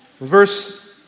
Verse